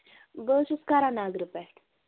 بہٕ حظ چھَس کرن نگرٕ پٮ۪ٹھ